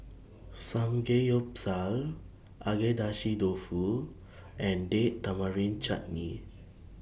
Samgeyopsal Agedashi Dofu and Date Tamarind Chutney